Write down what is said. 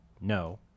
no